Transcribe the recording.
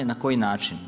Na koji način?